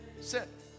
Sit